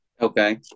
Okay